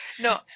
No